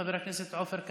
חבר הכנסת עופר כסיף,